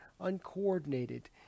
uncoordinated